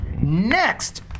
Next